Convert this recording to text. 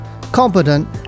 competent